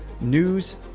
news